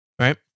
Right